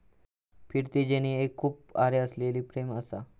फिरती जेनी एक खूप आरे असलेली फ्रेम असा